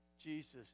Jesus